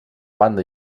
banda